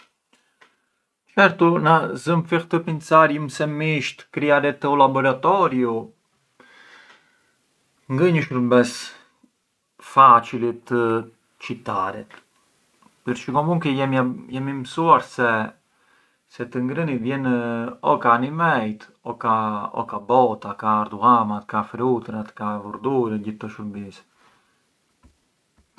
Certu, nga zëm fill e pincarjëm se misht kriaret te u laboratoriu, ngë ë një shurbes facili të çitaret përçë jemi mësuar se të ngrënit vjen o ka animejt o ka bota, ka ardullamat, ka frutërat ka vurdurët, ka gjithë këto shurbise.